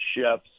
chefs